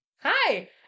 Hi